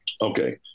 Okay